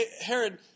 Herod